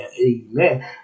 amen